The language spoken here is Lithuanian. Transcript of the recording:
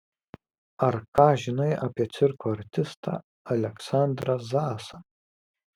ar ką žinai apie cirko artistą aleksandrą zasą